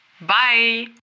bye